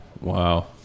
Wow